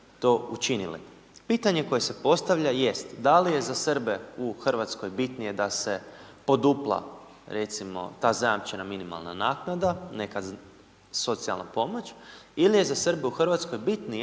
to učinili. Pitanje koje se postavlja, jest. Da li je za Srbe u Hrvatskoj bitnije da se podupla recimo, ta zajamčena minimalna naknada, neka socijalna pomoć ili je za Srbe u Hrvatskoj bitnije